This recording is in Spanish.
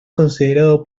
considerado